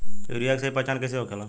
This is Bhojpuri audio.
यूरिया के सही पहचान कईसे होखेला?